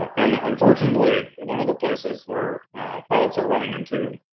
and unfortunately, one of the places where pilots are running into